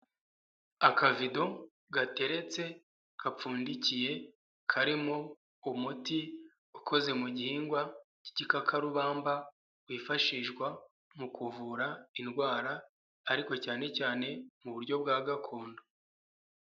Akavido gateretse kapfundikiye, karimo umuti ukoze mu gihingwa cy'igikakarubamba, wifashishwa mu kuvura indwara ariko cyane cyane mu buryo bwa gakondo.